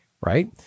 right